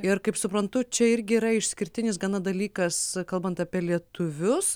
ir kaip suprantu čia irgi yra išskirtinis gana dalykas kalbant apie lietuvius